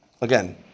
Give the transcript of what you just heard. Again